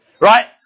Right